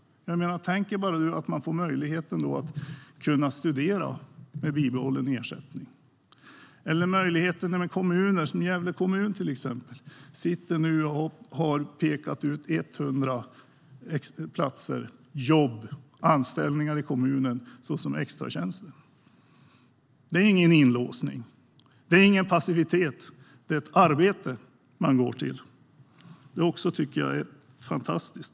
Tänk er bara att man nu får möjligheten att studera med bibehållen ersättning! Eller tänk er möjligheten för kommuner, till exempel Gävle kommun där man nu sitter och har pekat ut 100 platser, jobb och anställningar i kommunen som extratjänster. Det är ingen inlåsning. Det är ingen passivitet. Det är ett arbete man går till. Jag tycker att det är fantastiskt.